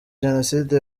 jenoside